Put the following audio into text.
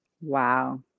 Wow